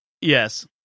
Yes